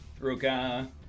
Ruka